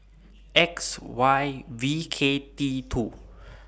X Y V K T two